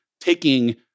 taking